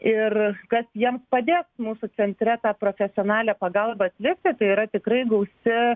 ir kas jiems padės mūsų centre tą profesionalią pagalbą atlikti tai yra tikrai gausi